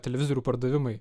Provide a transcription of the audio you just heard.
televizorių pardavimai